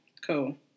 Cool